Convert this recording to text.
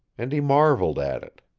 and he marveled at it.